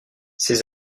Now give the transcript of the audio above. ses